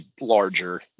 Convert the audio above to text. larger